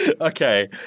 Okay